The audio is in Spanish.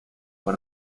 fue